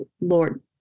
Lord